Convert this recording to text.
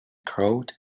crowd